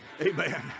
amen